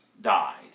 died